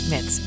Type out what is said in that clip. Met